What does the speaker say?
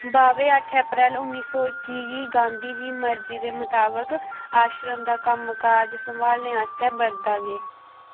भावे अठ्ठ अप्रैल उन्नी सौ इक्की गी गांधी दी मर्जी दे मताबक आश्रम दा कम्म काज संभालने आस्तै वर्धा गे